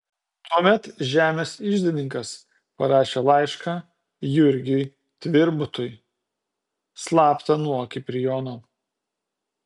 tuomet žemės iždininkas parašė laišką jurgiui tvirbutui slapta nuo kiprijono